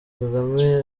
kagame